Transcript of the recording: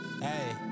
Hey